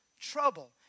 trouble